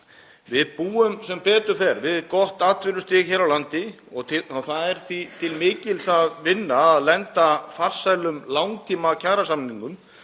Við búum sem betur fer við gott atvinnustig hér á landi og það er því til mikils að vinna að lenda farsælum langtímakjarasamningum